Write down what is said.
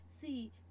see